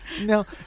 no